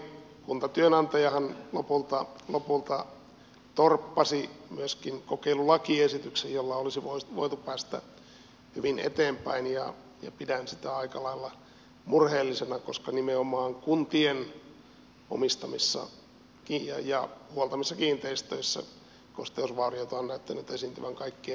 kuntatyönantajahan lopulta torppasi myöskin kokeilulakiesityksen jolla olisi voitu päästä hyvin eteenpäin ja pidän sitä aika lailla murheellisena koska nimenomaan kuntien omistamissa ja huoltamissa kiinteistöissä kosteusvaurioita on näyttänyt esiintyvän kaikkein eniten